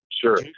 Sure